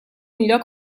lloc